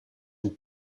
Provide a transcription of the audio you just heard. een